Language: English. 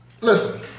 Listen